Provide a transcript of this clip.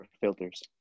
filters